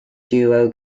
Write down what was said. duo